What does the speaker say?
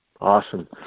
awesome